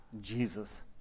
Jesus